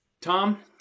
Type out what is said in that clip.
Tom